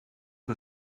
que